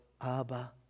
Abba